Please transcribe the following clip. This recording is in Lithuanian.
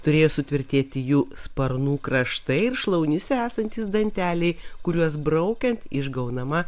turėjo sutvirtėti jų sparnų kraštai ir šlaunyse esantys danteliai kuriuos braukiant išgaunama